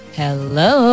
hello